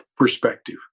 perspective